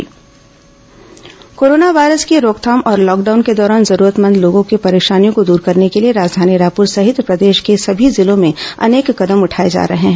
corona जिला corona virus की रोकथाम और लॉकडाउन के दौरान जरूरतमंद लोगों की परेशानियों को दूर करने के लिए राजधानी रायपुर सहित प्रदेश के सभी जिलों में अनेक कदम उठाए जा रहे हैं